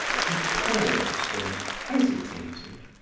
he paused and hesitated.